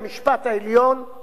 כבית-משפט לחוקה.